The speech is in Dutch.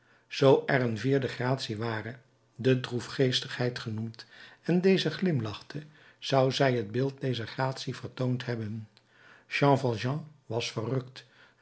zoo er een vierde gratie ware de droefgeestigheid genoemd en deze glimlachte zou zij t beeld dezer gratie vertoond hebben jean valjean was verrukt